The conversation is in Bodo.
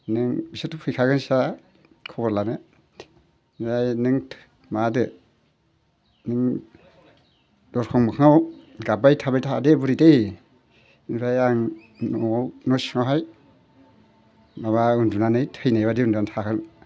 नों बिसोरथ' फैखागोन साला खबर लानो ओमफ्राय नों माबादो नों दरखं मोखाङाव गाब्बाय थाबाय थादे बुरि दे इनिफ्राय आं न'आव न' सिङावहाय माबा उन्दुनानै थैनायबायदि उन्दुना थागोन